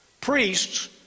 Priests